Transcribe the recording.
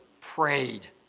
prayed